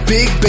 Big